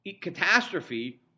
catastrophe